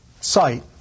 site